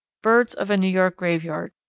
birds of a new york graveyard.